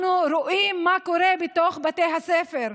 אנחנו רואים מה קורה בתוך בתי הספר,